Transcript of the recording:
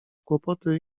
kłopoty